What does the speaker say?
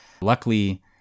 Luckily